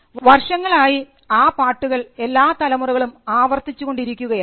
വർഷങ്ങളായി ആ പാട്ടുകൾ എല്ലാ തലമുറകളും ആവർത്തിച്ചു കൊണ്ടിരിക്കുകയാണ്